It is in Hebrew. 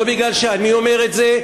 לא כי אני אומר את זה,